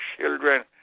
children